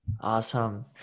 Awesome